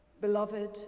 Beloved